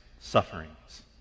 sufferings